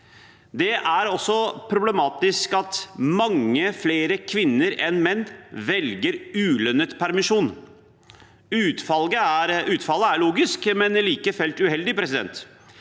Det er også problematisk at mange flere kvinner enn menn velger ulønnet permisjon. Utfallet er logisk, men like fullt uheldig. Dersom en